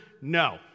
no